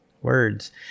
Words